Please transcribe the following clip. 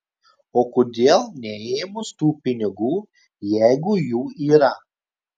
o kodėl neėmus tų pinigų jeigu jų yra